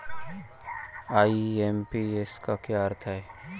IMPS का क्या अर्थ है?